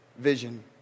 vision